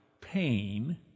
pain